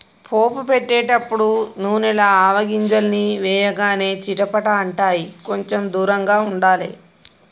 పోపు పెట్టేటపుడు నూనెల ఆవగింజల్ని వేయగానే చిటపట అంటాయ్, కొంచెం దూరంగా ఉండాలే